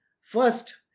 first